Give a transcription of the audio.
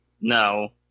No